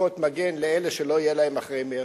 ערכות מגן לאלה שלא יהיה להם אחרי מרס.